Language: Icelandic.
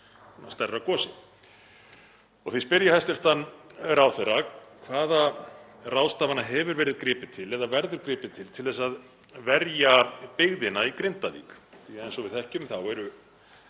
Því spyr ég hæstv. ráðherra: Hvaða ráðstafana hefur verið gripið til eða verður gripið til til þess að verja byggðina í Grindavík? Eins og við þekkjum eru